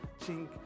chink